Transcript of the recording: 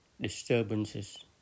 disturbances